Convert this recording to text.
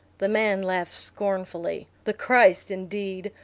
the man laughed scornfully. the christ indeed!